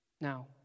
Now